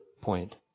point